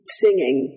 singing